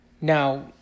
Now